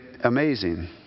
amazing